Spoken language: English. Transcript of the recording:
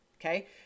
Okay